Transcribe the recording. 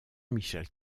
michel